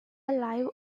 live